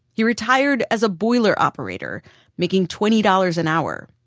he retired as a boiler operator making twenty dollars an hour.